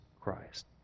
Christ